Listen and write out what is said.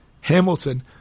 Hamilton